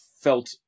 felt